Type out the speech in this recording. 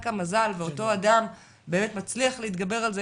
המזל ואותו אדם באמת מצליח להתגבר על זה,